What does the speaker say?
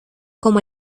como